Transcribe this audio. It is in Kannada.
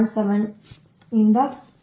7 ರಿಂದ 0